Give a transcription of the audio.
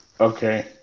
Okay